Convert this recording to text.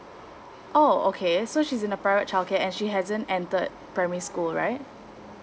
oh okay so she's in a private childcare and she hasn't entered primary school right